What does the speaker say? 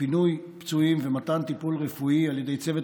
פינוי פצועים ומתן טיפול רפואי על ידי צוות